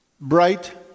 bright